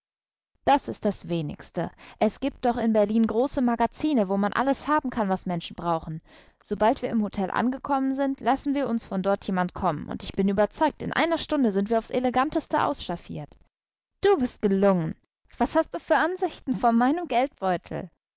das ist das wenigste es gibt doch in berlin große magazine wo man alles haben kann was menschen brauchen sobald wir im hotel angekommen sind lassen wir uns von dort jemand kommen und ich bin überzeugt in einer stunde sind wir aufs eleganteste ausstaffiert du bist gelungen was hast du für ansichten von meinem geldbeutel